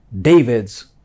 David's